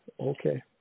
okay